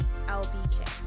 LBK